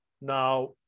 now